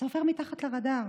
וזה עובר מתחת לרדאר.